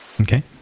Okay